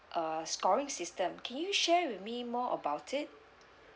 uh scoring system can you share with me more about it